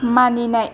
मानिनाय